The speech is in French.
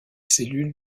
cellules